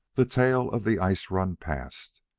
the tail of the ice-run passed,